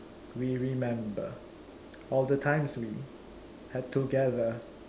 we remember all the times we had together